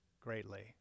greatly